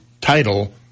title